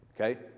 Okay